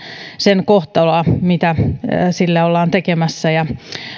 sen kohtaloa mitä sille ollaan tekemässä ja miten sitä ollaan